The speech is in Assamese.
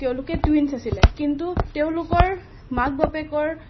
তেওঁলোক টুইনচ আছিলে কিন্তু তেওঁলোকৰ মাক বাপেকৰ